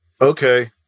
Okay